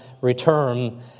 return